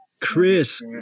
Chris